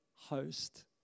Host